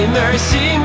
mercy